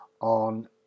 on